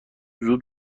زود